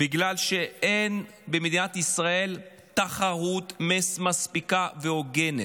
בגלל שאין במדינת ישראל תחרות מספיקה והוגנת.